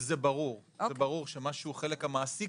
זה ברור שמה שהוא חלק המעסיק,